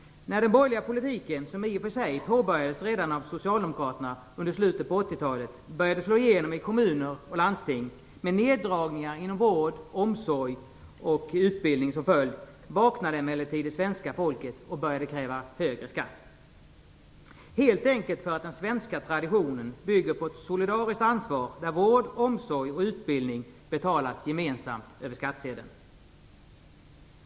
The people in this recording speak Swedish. När den borgerliga politiken, som i och för sig påbörjades redan av Socialdemokraterna under slutet av 80-talet, började slå igenom i kommuner och landsting med neddragningar inom vård, omsorg och utbildning, vaknade emellertid det svenska folket och började kräva högre skatter. Det var helt enkelt för att den svenska traditionen bygger på ett solidariskt ansvar där vård, omsorg och utbildning betalas gemensamt över skattsedeln.